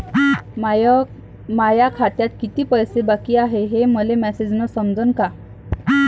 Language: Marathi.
माया खात्यात कितीक पैसे बाकी हाय हे मले मॅसेजन समजनं का?